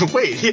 Wait